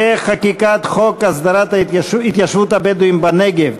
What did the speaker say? חד"ש ורע"ם-תע"ל-מד"ע: המשך חקיקת חוק הסדרת התיישבות הבדואים בנגב,